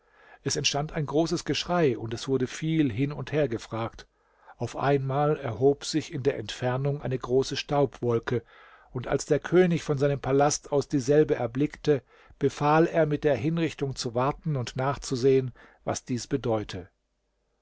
es entstand ein großes geschrei und es wurde viel hin und her gefragt auf einmal erhob sich in der entfernung eine große staubwolke und als der könig von seinem palast aus dieselbe erblickte befahl er mit der hinrichtung zu warten und nachzusehen was dies bedeute